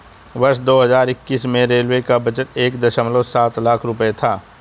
वर्ष दो हज़ार इक्कीस में रेलवे का बजट एक दशमलव सात लाख रूपये था